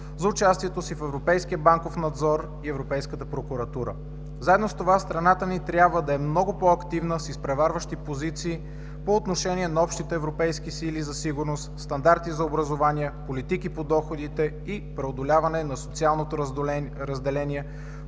за участието си в европейския банков надзор и европейската прокуратура. Заедно с това страната ни трябва да е много по-активна с изпреварващи позиции по отношение на общите европейски сили за сигурност, стандарти за образование, политики по доходите и преодоляване на социалното разделение,